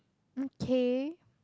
okay